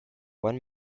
one